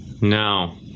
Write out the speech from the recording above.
no